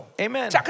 Amen